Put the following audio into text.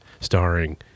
Starring